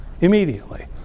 immediately